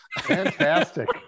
Fantastic